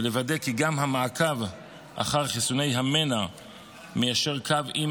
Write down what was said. ולוודא כי גם המעקב אחר חיסוני המנע מיישר קו עם